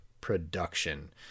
production